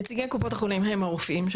נציגי קופות החולים הם הרופאים.